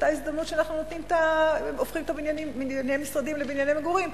שבאותה הזדמנות שאנחנו הופכים את בנייני המשרדים לבנייני מגורים,